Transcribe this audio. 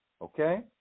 Okay